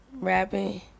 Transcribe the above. rapping